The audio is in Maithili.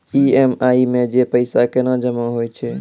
ई.एम.आई मे जे पैसा केना जमा होय छै?